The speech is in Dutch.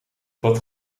dat